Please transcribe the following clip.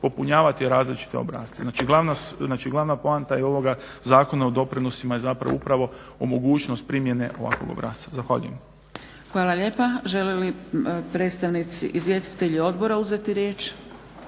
popunjavati različite obrasce. Znači glavna poenta ovog Zakona o doprinosima je zapravo upravo mogućnost primjene ovakvog obrasca. Zahvaljujem. **Zgrebec, Dragica (SDP)** Hvala lijepa. Žele li izvjestitelji odbora uzeti riječ?